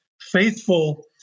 faithful